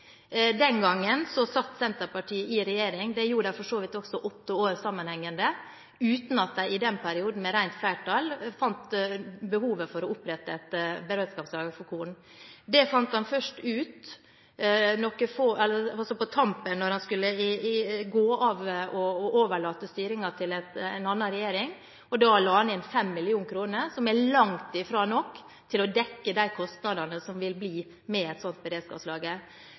Den gangen satt Senterpartiet i regjering. Det gjorde de for så vidt i åtte år sammenhengende, uten at de i den perioden, med rent flertall, fant behov for å opprette et beredskapslager for korn. Det fant de først ut på tampen av den perioden da de skulle gå av og overlate styringen til en annen regjering, og la da inn 5 mill. kr, som er langt fra nok til å dekke de kostnadene som vil bli med et slikt beredskapslager.